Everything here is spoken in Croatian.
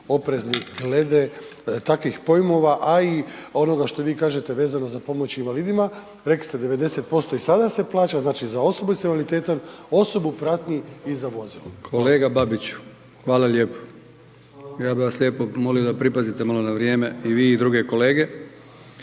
oprezni glede takvih pojmova, a i onoga što vi kažete vezano za pomoć invalidima. Rekli ste 90% i sada se plaća, znači za osobu s invaliditetom, osobu u pratnji i za vozilo. **Brkić, Milijan (HDZ)** Kolega Babiću hvala lijepo, ja bih vas lijepo molio da pripazite malo na vrijeme i vi i druge kolege.